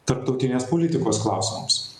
tarptautinės politikos klausimams